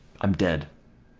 i'm dead.